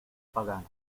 pagana